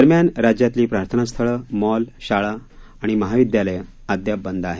दरम्यान राज्यातली प्रार्थनास्थळं मॉल शाळा आणि महाविद्यालयं अद्याप बंद आहेत